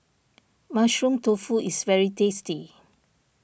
Mushroom Tofu is very tasty